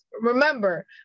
remember